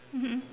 mmhmm